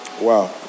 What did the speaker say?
Wow